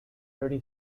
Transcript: thirty